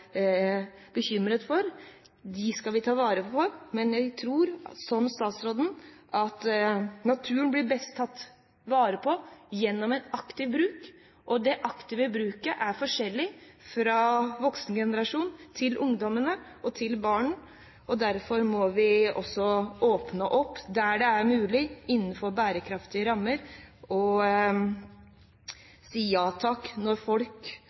bekymret for. Dem skal vi ta vare på. Men jeg tror, som statsråden, at naturen blir best tatt vare på gjennom en aktiv bruk, og den aktive bruken er forskjellig fra voksengenerasjonen til ungdommene og barna. Derfor må vi også åpne opp der det er mulig innenfor bærekraftige rammer, og si ja når